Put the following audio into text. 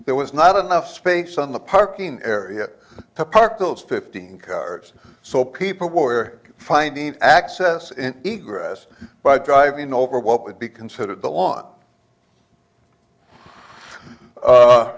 there was not enough space on the parking area to park those fifteen cars so people were finding access in a grass by driving over what would be considered the lawn